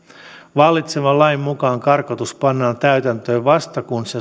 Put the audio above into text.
vallitsevan lain mukaan karkotus pannaan täytäntöön vasta kun se